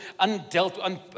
undealt